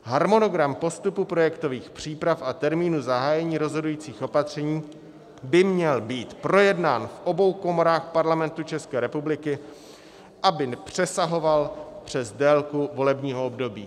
Harmonogram postupu projektových příprav a termínu zahájení rozhodujících opatření by měl být projednán v obou komorách Parlamentu České republiky, aby nepřesahoval přes délku volebního období.